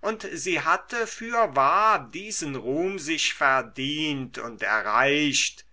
und sie hatte fürwahr diesen ruhm sich verdient und erreicht